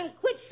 quit